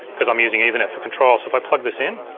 cause i'm using ethernet for control. so if i plug this in,